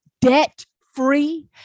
debt-free